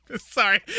Sorry